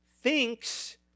Thinks